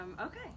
Okay